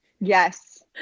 Yes